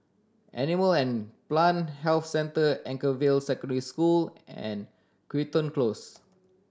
Animal and Plant Health Centre Anchorvale Secondary School and Crichton Close